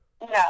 No